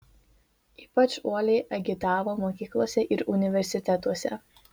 ypač uoliai agitavo mokyklose ir universitetuose